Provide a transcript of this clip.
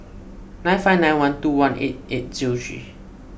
nine five nine one two one eight eight O three